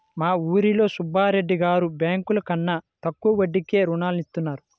మా ఊరిలో సుబ్బిరెడ్డి గారు బ్యేంకుల కన్నా తక్కువ వడ్డీకే రుణాలనిత్తారు